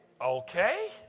okay